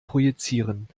projizieren